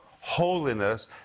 holiness